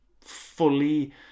fully